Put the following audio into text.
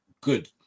good